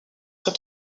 très